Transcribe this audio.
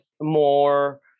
more